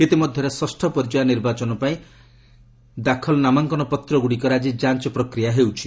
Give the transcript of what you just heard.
ଇତିମଧ୍ୟରେ ଷଷ୍ଠ ପର୍ଯ୍ୟାୟ ନିର୍ବାଚନ ପାଇଁ ଦାଖଲ ନାମାଙ୍କନ ପତ୍ରଗୁଡ଼ିକର ଆକି ଯାଞ୍ ପ୍ରକ୍ରିୟା ହେଉଛି